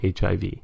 HIV